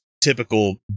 typical